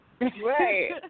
Right